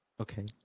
Okay